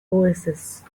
oasis